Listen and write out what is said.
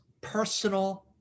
personal